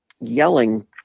yelling